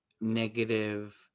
negative